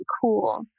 cool